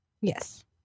Yes